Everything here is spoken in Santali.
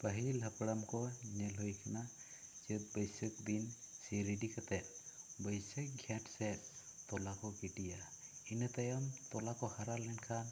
ᱯᱟᱹᱦᱤᱞ ᱦᱟᱯᱟᱲᱟᱢ ᱠᱚ ᱧᱮᱞ ᱦᱩᱭ ᱟᱠᱟᱱᱟ ᱪᱟᱹᱛ ᱵᱟᱹᱭᱥᱟᱹᱠ ᱫᱤᱱ ᱥᱤ ᱨᱮᱰᱤ ᱠᱟᱛᱮ ᱵᱟᱹᱭᱥᱟᱹᱠ ᱡᱷᱮᱸᱴ ᱥᱮ ᱛᱚᱞᱟ ᱠᱚ ᱜᱤᱰᱤᱭᱟ ᱤᱱᱟᱹ ᱛᱟᱭᱱᱚᱢ ᱛᱚᱞᱟ ᱠᱚ ᱦᱟᱨᱟ ᱞᱮᱱ ᱠᱷᱟᱱ